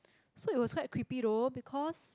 so it was quite creepy though because